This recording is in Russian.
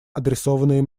адресованные